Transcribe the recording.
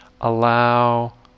allow